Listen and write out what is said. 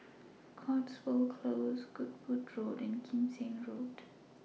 Cotswold Close Goodwood Road and Kim Seng Road